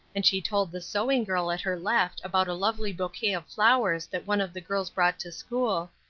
and she told the sewing-girl at her left about a lovely bouquet of flowers that one of the girls brought to school,